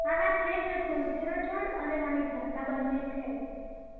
હા હા છે છે તુલસીનો છોડ અને મની પ્લાન્ટ આ બંને છે જ